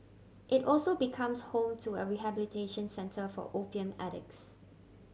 it also becomes home to a rehabilitation centre for opium addicts